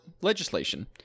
legislation